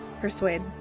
Persuade